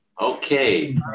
Okay